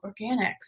Organics